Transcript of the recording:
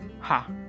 Ha